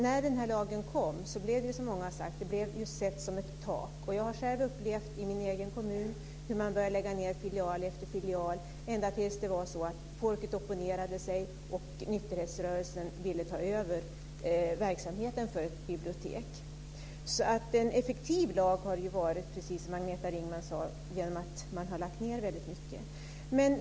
När lagen kom blev det som många sagt. Man såg det som ett tak. Jag har själv i min hemkommun sett hur man började lägga ned filial efter filial ända tills människor opponerade sig och nykterhetsrörelsen ville ta över verksamheten för ett bibliotek. Det har varit en effektiv lag, precis som Agneta Ringman sade, genom att man har lagt ned väldigt många bibliotek.